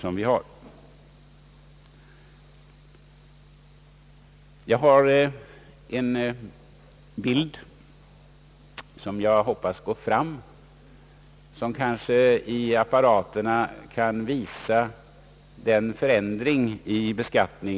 Jag har gjort ett diagram, som jag hoppas går att visa i TV-apparaterna, över förändringen i skatten.